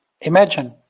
imagine